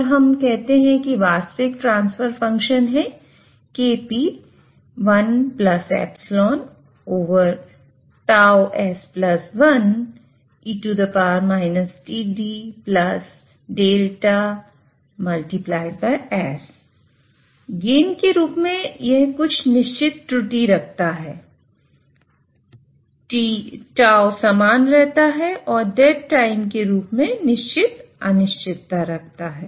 और हम कहते हैं वास्तविक ट्रांसफर फंक्शन है गेन के रूप में कुछ निश्चित त्रुटि रखता है τ समान रहता है और डेड टाइम के रूप में निश्चित अनिश्चितता रखता है